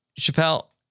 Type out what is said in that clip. Chappelle